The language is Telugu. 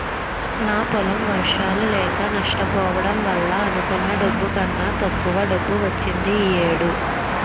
నా పొలం వర్షాలు లేక నష్టపోవడం వల్ల అనుకున్న డబ్బు కన్నా తక్కువ డబ్బు వచ్చింది ఈ ఏడు